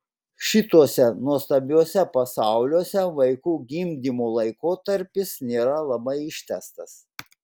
šituose nuostabiuose pasauliuose vaikų gimdymo laikotarpis nėra labai ištęstas